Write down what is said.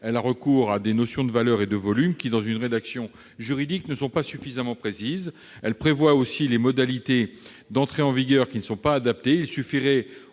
elle a recours à des notions de « valeur » et de « volume », qui, dans une rédaction juridique, ne sont pas suffisamment précises ; elle prévoit des modalités d'entrée en vigueur inadaptées- il suffirait